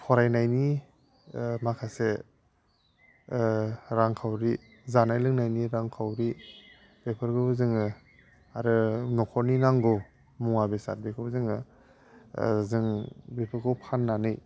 फरायनायनि माखासे रांखावरि जानाय लोंनायनि रांखावरि बेफोरखौबो जोङो आरो न'खरनि नांगौ मुवा बेसाद बेखौबो जोङो जों बेफोरखौ फाननानै